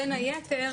בין היתר: